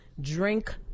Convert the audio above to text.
drink